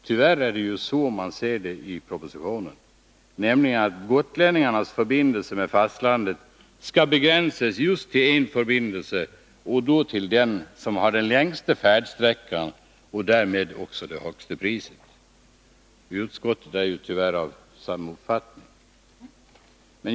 Tyvärr är det åsikten i propositionen, nämligen att gotlänningarnas förbindelser med fastlandet skall begränsas just till en förbindelse och då till den som har den längsta färdsträckan och därmed det högsta priset. Utskottet är tyvärr av samma mening.